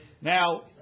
now